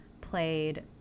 played